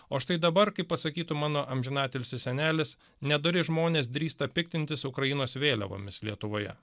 o štai dabar kaip pasakytų mano amžinatilsį senelis nedori žmonės drįsta piktintis ukrainos vėliavomis lietuvoje